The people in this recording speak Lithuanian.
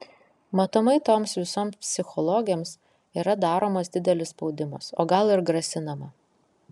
matomai toms visoms psichologėms yra daromas didelis spaudimas o gal ir grasinama